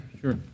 Sure